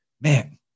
Man